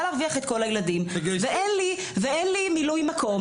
להרוויח את כל הילדים ואין לי מילוי מקום.